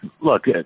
look